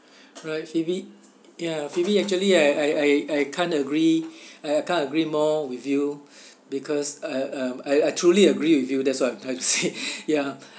alright phoebe ya phoebe actually I I I I can't agree uh I can't agree more with you because uh um I I truly agree with you that's what I'm trying to say ya